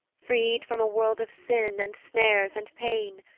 freed from a world of sin, and snares, and pain,